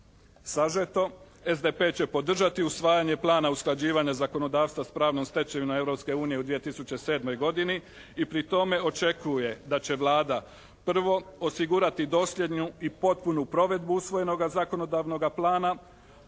Sažeto, SDP će podržati usvajanje plana usklađivanja zakonodavstva s pravnom stečevinom Europske unije u 2007. godini i pri tome očekuje da će Vlada prvo osigurati dosljednu i potpunu provedbu usvojenoga zakonodavnoga plana